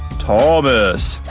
thomas!